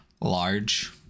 large